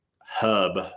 hub